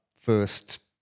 first